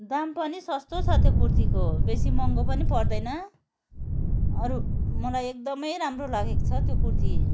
दाम पनि सस्तो छ त्यो कुर्तीको बेसी महँगो पनि पर्दैन अरू मलाई एकदमै राम्रो लागेको छ त्यो कुर्ती